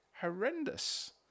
Horrendous